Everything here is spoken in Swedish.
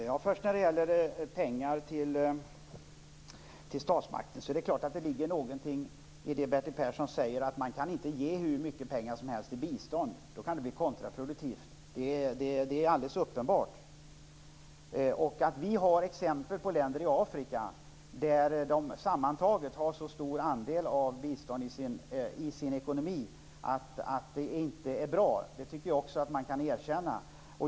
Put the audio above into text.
Herr talman! När det gäller pengar till statsmakter är det klart att det ligger någonting i det som Bertil Persson säger, att man inte kan ge hur mycket pengar som helst i bistånd. Då kan det bli kontraproduktivt. Det är alldeles uppenbart. Det finns exempel på länder i Afrika som sammantaget har så stor andel av bistånd i sin ekonomi att det inte är bra. Det tycker jag att man kan erkänna.